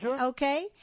okay